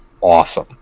awesome